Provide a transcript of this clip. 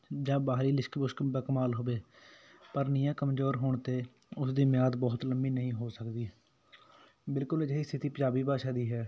ਜਾ ਬਾਹਰੀ ਲਿਸ਼ਕ ਬੁਸ਼ਕ ਬਾ ਕਮਾਲ ਹੋਵੇ ਪਰ ਨੀਂਹਾਂ ਕਮਜ਼ੋਰ ਹੋਣ ਤਾਂ ਉਸ ਦੀ ਮਿਆਦ ਬਹੁਤ ਲੰਮੀ ਨਹੀਂ ਹੋ ਸਕਦੀ ਬਿਲਕੁਲ ਅਜਿਹੀ ਸਥਿਤੀ ਪੰਜਾਬੀ ਭਾਸ਼ਾ ਦੀ ਹੈ